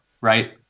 right